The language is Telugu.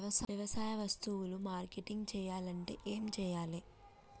వ్యవసాయ వస్తువులు మార్కెటింగ్ చెయ్యాలంటే ఏం చెయ్యాలే?